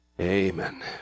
amen